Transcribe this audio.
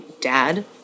dad